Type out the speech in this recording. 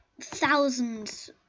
thousands